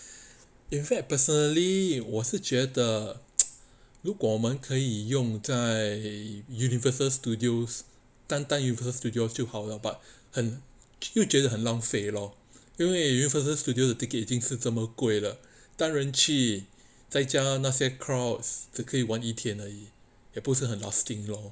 in fact personally 我是觉得如果我们可以用在 universal studios 单单 universal studios 就好了 but 很又觉得很浪费 lor 因为 universal studios 的 ticket 已经竟是这么贵了当然去再加那些 crowds 只可以玩一天而已也不是很 lasting lor